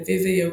לוי ויהודה.